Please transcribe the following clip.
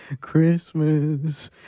Christmas